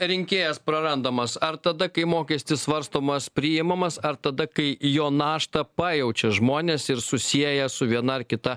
rinkėjas prarandamas ar tada kai mokestis svarstomas priimamas ar tada kai jo naštą pajaučia žmonės ir susieja su viena ar kita